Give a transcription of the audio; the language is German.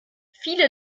viele